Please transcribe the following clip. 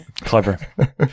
Clever